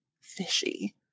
fishy